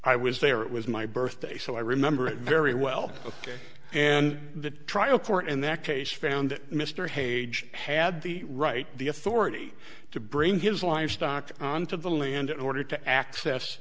i was there it was my birthday so i remember it very well and the trial court in that case found that mr hage had the right the authority to bring his livestock on to the land in order to access